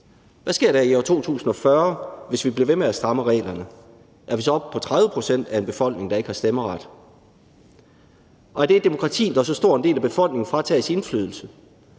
Hvad sker der i år 2040, hvis vi bliver ved med at stramme reglerne? Er vi så oppe på 30 pct. af en befolkning, der ikke har stemmeret? Er det demokrati, når så stor en del af befolkningen fratages indflydelse,